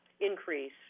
increase